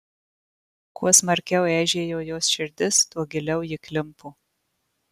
kuo smarkiau eižėjo jos širdis tuo giliau ji klimpo